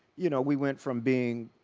you know, we went from being,